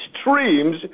streams